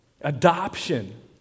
adoption